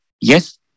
yes